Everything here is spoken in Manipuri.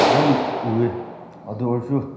ꯌꯥꯝ ꯎꯏꯌꯦ ꯑꯗꯨ ꯑꯣꯏꯔꯁꯨ